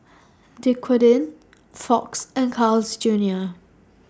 Dequadin Fox and Carl's Junior